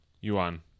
Yuan